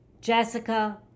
Jessica